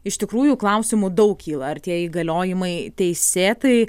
iš tikrųjų klausimų daug kyla ar tie įgaliojimai teisėtai